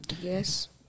Yes